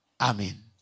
Amen